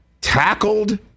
tackled